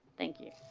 thank you.